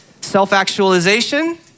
Self-actualization